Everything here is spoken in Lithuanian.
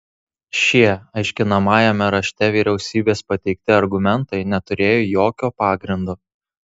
šie aiškinamajame rašte vyriausybės pateikti argumentai neturėjo jokio pagrindo